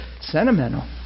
sentimental